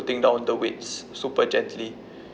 putting down the weights super gently